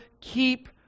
keep